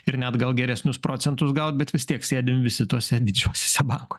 ir net gal geresnius procentus gaut bet vis tiek sėdim visi tuose didžiosiose bankuo